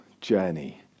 journey